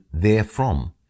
therefrom